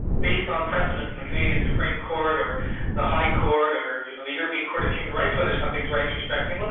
based on precedents in the canadian supreme court, or the high court, or you know, the european court of human rights, whether something's rights respecting,